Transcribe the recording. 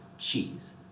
cheese